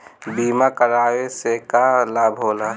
बीमा करावे से का लाभ होला?